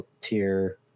tier